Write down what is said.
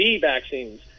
vaccines